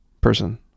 person